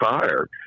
fire